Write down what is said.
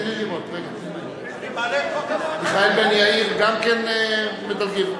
מיכאל בן-ארי, גם מדלגים.